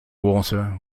water